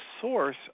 source